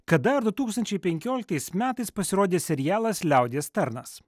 kad dar du tūkstančiai penkioliktais metais pasirodė serialas liaudies tarnas